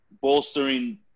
bolstering